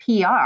PR